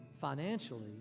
financially